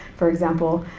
for example,